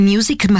Music